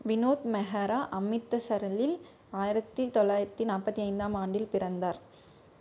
வினோத் மெஹ்ரா அமிர்தசரஸில் ஆயிரத்தி தொள்ளாயிரத்தி நாற்பத்தி ஐந்தாம் ஆண்டில் பிறந்தார்